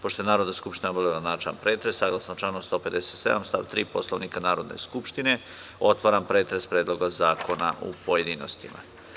Pošto je Narodna skupština obavila načelni pretres, saglasno članu 157. stav 3. Poslovnika Narodne skupštine, otvaram pretres Predloga zakona u pojedinostima.